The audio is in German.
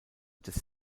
des